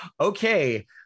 okay